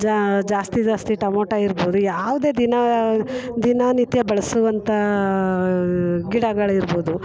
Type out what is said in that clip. ಜಾ ಜಾಸ್ತಿ ಜಾಸ್ತಿ ಟಮೋಟ ಇರ್ಬೋದು ಯಾವುದೇ ದಿನ ದಿನ ನಿತ್ಯ ಬಳಸುವಂಥ ಗಿಡಗಳು ಇರ್ಬೋದು